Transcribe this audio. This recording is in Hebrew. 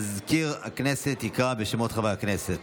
מזכיר הכנסת יקרא בשמות חברי הכנסת.